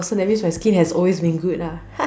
oh so that means my skin has always been good lah